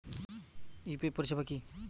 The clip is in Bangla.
ইউ.পি.আই পরিসেবা কি?